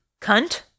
cunt